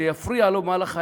זה יפריע לו במהלך חייו.